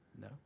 No